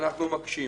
אנחנו מקשים.